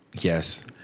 Yes